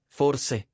forse